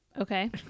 Okay